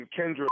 Kendra